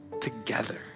together